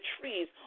trees